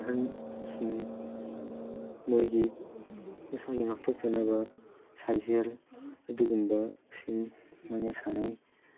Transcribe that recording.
ꯑꯍꯟꯁꯤꯡ ꯃꯣꯏꯒꯤ ꯃꯁꯥꯒꯤ ꯉꯥꯛꯊꯣꯛꯆꯅꯕ ꯁꯥꯖꯦꯜ ꯑꯗꯨꯒꯨꯝꯕꯁꯤꯡ ꯃꯣꯏꯅ ꯁꯥꯟꯅꯩ